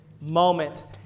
moment